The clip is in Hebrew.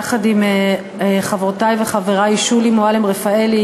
יחד עם חברותי וחברי שולי מועלם-רפאלי,